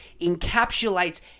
encapsulates